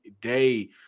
day